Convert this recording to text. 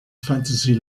fantasy